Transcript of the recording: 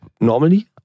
normally